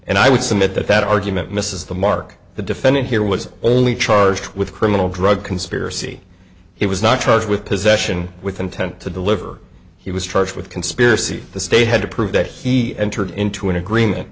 and i would submit that that argument misses the mark the defendant here was only charged with criminal drug conspiracy he was not charged with possession with intent to deliver he was charged with conspiracy the state had to prove that he entered into an agreement